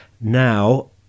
Now